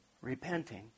repenting